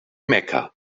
mecca